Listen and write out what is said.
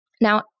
Now